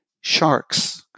sharks